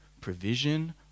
provision